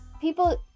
people